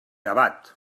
abat